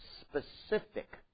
specific